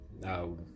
now